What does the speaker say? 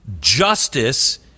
justice